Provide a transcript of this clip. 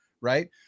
right